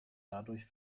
dadurch